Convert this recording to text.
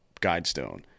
guidestone